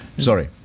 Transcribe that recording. sorry.